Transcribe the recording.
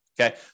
okay